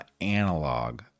analog